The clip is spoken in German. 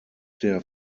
der